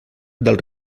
del